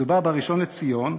מדובר בראשון לציון,